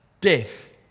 death